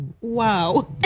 wow